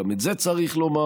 גם את זה צריך לומר.